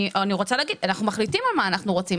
אני רוצה להגיד, אנחנו מחליטים על מה אנחנו רוצים.